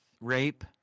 rape